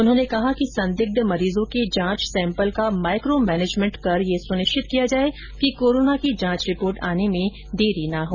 उन्होंने कहा कि संदिग्ध मरीजों के जांच सैम्पल का माइको मैनेजमेंट कर यह सुनिश्चित किया जाए कि कोरोना की जांच रिपोर्ट आने में देरी ना हो